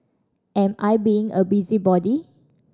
am I being a busybody